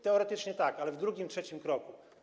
Teoretycznie tak, ale w drugim, trzecim kroku.